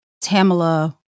Tamala